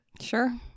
Sure